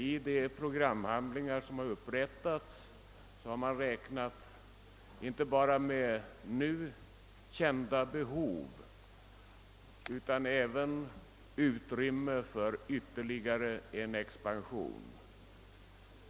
I de programhandlingar som upprättats har man inte bara räknat med nu kända behov utan även tagit med utrymme för ytterligare expansion.